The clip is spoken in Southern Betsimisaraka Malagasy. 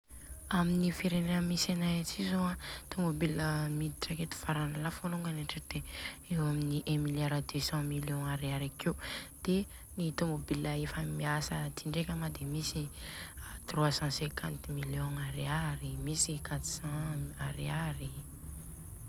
Amin'ny firenena misy anay ty zô an de tomobile miditra aketo farany lafo de hoe aminy un milliard deux cent millions ariary akeo, de ny tomobile efa miasa aty ndreka made misy trois cent cinquante millions ariaryi, misy de quatre cent ariary